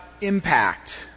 impact